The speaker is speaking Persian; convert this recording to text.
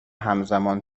همزمان